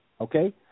Okay